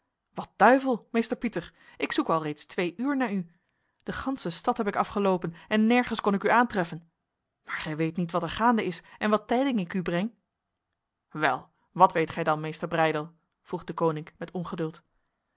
wat duivel meester pieter ik zoek alreeds twee uur naar u de ganse stad heb ik afgelopen en nergens kon ik u aantreffen maar gij weet niet wat er gaande is en wat tijding ik u breng wel wat weet gij dan meester breydel vroeg deconinck met ongeduld